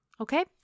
Okay